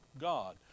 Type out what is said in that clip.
God